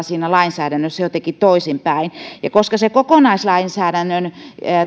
siinä lainsäädännössä jotenkin toisinpäin ja koska kokonaislainsäädännön